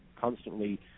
constantly